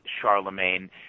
Charlemagne